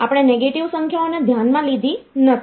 આપણે નેગેટિવ સંખ્યાઓને ધ્યાનમાં લીધી નથી